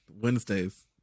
Wednesdays